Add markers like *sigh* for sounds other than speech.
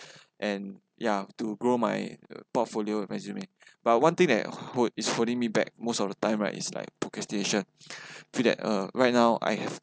*breath* and ya to grow my portfolio and resume but one thing that hold is holding me back most of the time right is like procrastination *breath* feel that uh right now I have